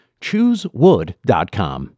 ChooseWood.com